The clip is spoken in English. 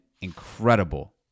incredible